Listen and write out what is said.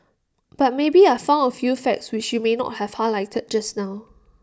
but maybe I found A few facts which you may not have highlighted just now